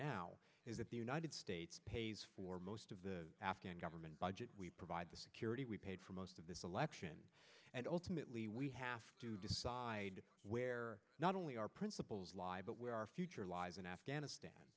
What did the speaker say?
now is that the united states pays for most of the afghan government budget we provide the security we paid for most of this election and ultimately we have to decide not only our principles lie but where our future lies in afghanistan